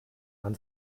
man